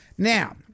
Now